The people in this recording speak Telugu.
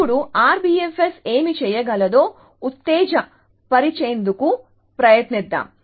ఇప్పుడు RBFS ఏమి చేయగలదో ఉత్తేజ పరిచేందుకు ప్రయత్నిద్దాం